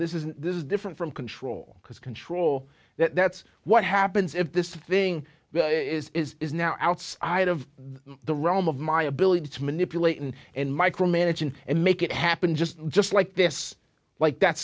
this is this is different from control because control that's what happens if this thing is is now outside of the realm of my ability to manipulate and in micromanaging and make it happen just just like this like that's